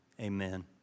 Amen